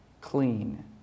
clean